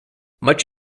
much